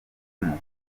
mukuru